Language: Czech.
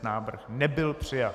Návrh nebyl přijat.